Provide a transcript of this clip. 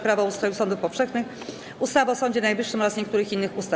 Prawo o ustroju sądów powszechnych, ustawy o Sądzie Najwyższym oraz niektórych innych ustaw.